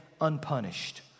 unpunished